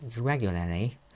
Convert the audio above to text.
regularly